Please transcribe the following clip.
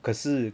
可是